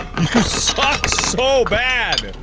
you could suck so bad.